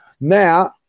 Now